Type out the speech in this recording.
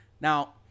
Now